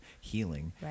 healing